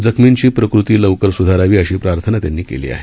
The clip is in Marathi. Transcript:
जखमींची प्रकृती लवकर स्धारावी अशी प्रार्थना त्यांनी केली आहे